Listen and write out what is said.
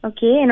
Okay